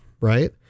right